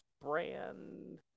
brand